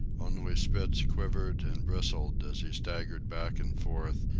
only spitz quivered and bristled as he staggered back and forth,